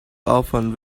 often